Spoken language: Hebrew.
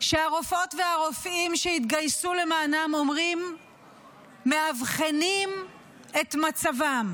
שהרופאות והרופאים שהתגייסו למענם מאבחנים את מצבם